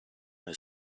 his